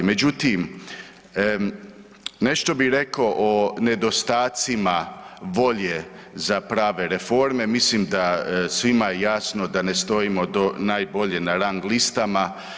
Međutim, nešto bi rekao o nedostacima volje za prave reforme, mislim da svima je jasno da ne stojimo najbolje na rang listama.